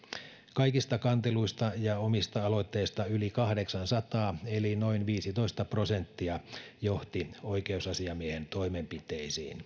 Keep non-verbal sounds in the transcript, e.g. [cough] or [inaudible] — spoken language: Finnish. kaikista kanteluista ja omista aloitteista yli kahdeksansataa eli noin viisitoista prosenttia johti oikeusasiamiehen toimenpiteisiin [unintelligible]